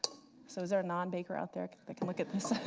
so is there are non-baker out there that can look at this?